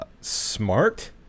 Smart